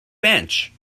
bench